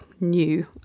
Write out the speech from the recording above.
new